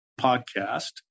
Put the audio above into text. podcast